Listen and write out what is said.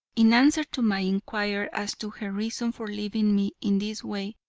in answer to my inquiry, as to her reason for leaving me in this way,